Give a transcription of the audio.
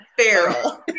feral